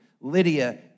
Lydia